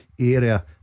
area